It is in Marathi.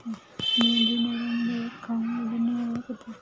मेंढी नरम गवत खाऊन उदरनिर्वाह करते